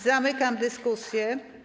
Zamykam dyskusję.